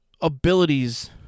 abilities